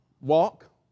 walk